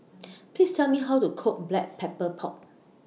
Please Tell Me How to Cook Black Pepper Pork